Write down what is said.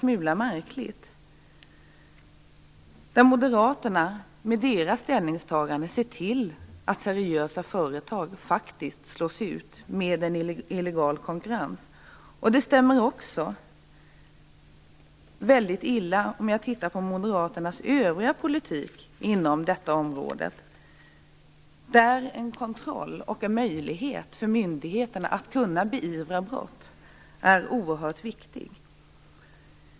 Moderaternas ser med sitt ställningstagande till att seriösa företagare faktiskt slås ut av illojal konkurrens. Det stämmer också väldigt illa ihop med Moderaternas övriga politik på detta område, där kontroll och möjlighet för myndigheterna att beivra brott är något oerhört viktigt.